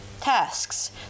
Tasks